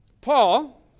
Paul